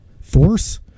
force